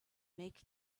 make